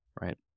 Right